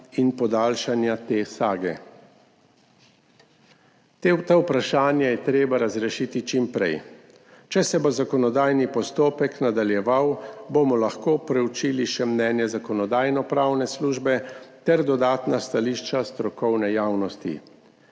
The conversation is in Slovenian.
in podaljšanja te sage? Ta vprašanja je treba razrešiti čim prej. Če se bo zakonodajni postopek nadaljeval, bomo lahko preučili še mnenje Zakonodajno-pravne službe ter dodatna stališča strokovne javnosti.